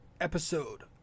episode